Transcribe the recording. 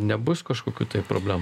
nebus kažkokių tai problem